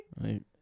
Right